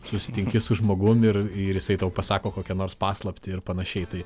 susitinki su žmogum ir ir jisai tau pasako kokią nors paslaptį ir panašiai tai